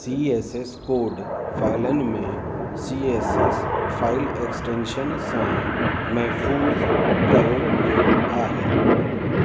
C S S code फ़ैलनि में C S S file extension सां महफूज़ु कयो वियो आहे